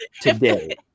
today